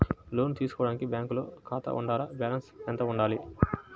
లోను తీసుకోవడానికి బ్యాంకులో ఖాతా ఉండాల? బాలన్స్ ఎంత వుండాలి?